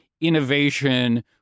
innovation